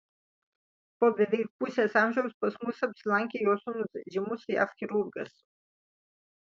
po beveik pusės amžiaus pas mus apsilankė jo sūnus žymus jav chirurgas